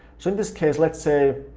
so in this case let's say,